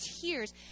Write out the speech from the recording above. tears